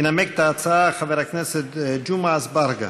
ינמק את ההצעה חבר הכנסת ג'מעה אזברגה.